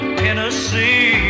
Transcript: tennessee